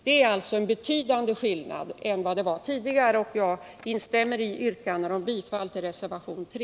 Det är en betydande skillnad jämfört med hur det var tidigare.